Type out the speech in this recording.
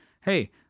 hey